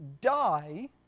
die